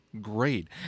great